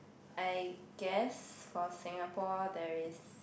I guess for Singapore there is